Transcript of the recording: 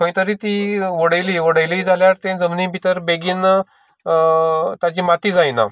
खंय तरी ती उडयली उडयली जाल्यार ती जमनी भितर बेगीन ताजी माती जायना